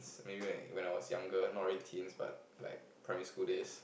maybe like when I was younger not really teens but like primary school days